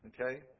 Okay